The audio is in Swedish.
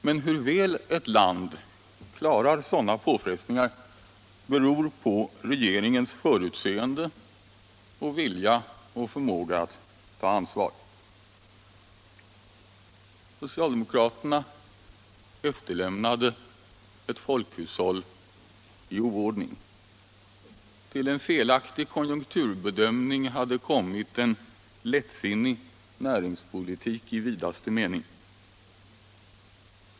Men hur väl ett land klarar sådana påfrestningar beror på regeringens förutseende och vilja och förmåga att ta ansvar. Socialdemokraterna efterlämnade ett folkhushåll i oordning. Till en felaktig konjunkturbedömning hade kommit en lättsinnig näringspolitik i vidaste mening.